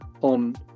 on